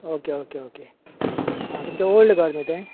okay okay okay आं तुमचें old घर न्ही तें